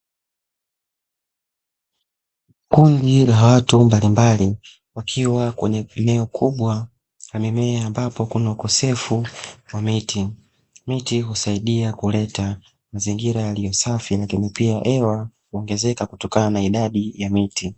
Kundi la watu mbalimbali, wakiwa kwenye eneo kubwa la mimea ,ambapo kunaukosefu wa miti, miti husaidia kuleta mazingira yaliyo safi, lakini pia hewa huongezeka kutokana na idadai ya miti.